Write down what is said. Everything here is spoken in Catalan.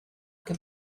què